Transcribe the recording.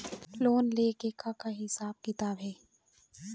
Loan ले के का हिसाब किताब हे?